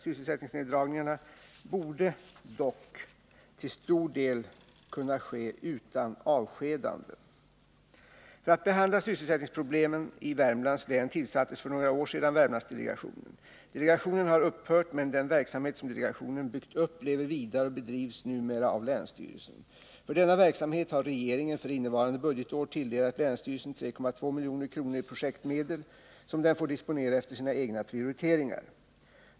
Sysselsättningsneddragningarna borde dock till stor del kunna ske utan avskedanden. För att behandla sysselsättningsproblemen i Värmlands län tillsattes för några år sedan Värmlandsdelegationen. Delegationen har upphört, men den verksamhet som delegationen byggt upp lever vidare och bedrivs numera av länsstyrelsen. För denna verksamhet har regeringen för innevarande budgetår tilldelat länsstyrelsen 3,2 milj.kr. i projektmedel som den får disponera efter sina egna prioriteringar.